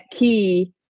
Key